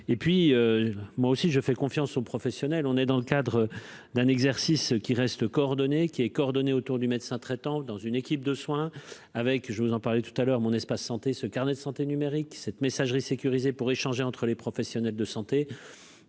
et puis moi aussi je fais confiance aux professionnels, on est dans le cadre d'un exercice qui reste coordonnées qui est coordonné autour du médecin traitant dans une équipe de soins avec je vous en parlais tout à l'heure, mon espace santé ce carnet de santé numérique cette messagerie sécurisée pour échanger entre les professionnels de santé,